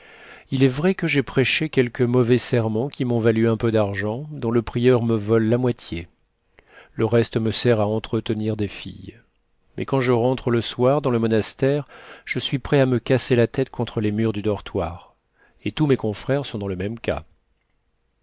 il est vrai que j'ai prêché quelques mauvais sermons qui m'ont valu un peu d'argent dont le prieur me vole la moitié le reste me sert à entretenir des filles mais quand je rentre le soir dans le monastère je suis prêt à me casser la tête contre les murs du dortoir et tous mes confrères sont dans le même cas